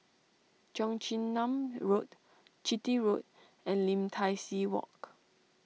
Cheong Chin Nam Road Chitty Road and Lim Tai See Walk